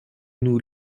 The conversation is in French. nous